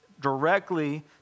directly